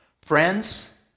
friends